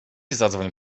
zadzwoń